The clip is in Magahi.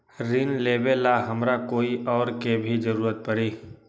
ऋन लेबेला हमरा कोई और के भी जरूरत परी?